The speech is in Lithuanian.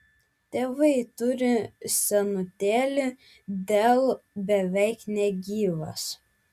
tėvai turi senutėlį dell beveik negyvas